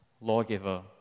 Lawgiver